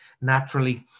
naturally